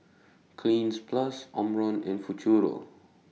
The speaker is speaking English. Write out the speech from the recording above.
Cleanz Plus Omron and Futuro